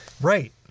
Right